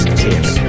tips